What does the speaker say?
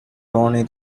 tony